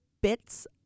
bits